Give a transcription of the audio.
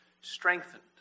strengthened